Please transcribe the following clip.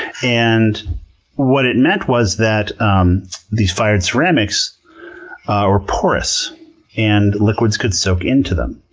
and what it meant was that um these fired ceramics were porous and liquids could soak into them.